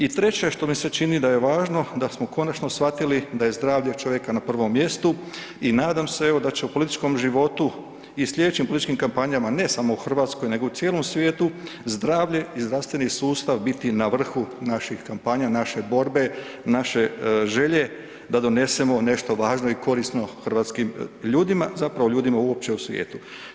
I treće što mi se čini da je važno, da smo konačno shvatili da je zdravlje čovjeka na prvom mjestu i nadam se evo da će u političkom životu i slijedećim političkim kampanjama, ne samo u RH, nego u cijelom svijetu, zdravlje i zdravstveni sustav biti na vrhu naših kampanja, naše borbe, naše želje da donesemo nešto važno i korisno hrvatskim ljudima, zapravo ljudima uopće u svijetu.